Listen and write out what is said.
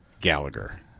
Gallagher